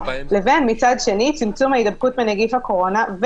לבין מצד שני צמצום ההידבקות בנגיף הקורונה.